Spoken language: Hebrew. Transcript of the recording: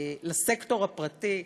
לסקטור הפרטי,